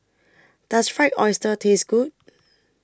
Does Fried Oyster Taste Good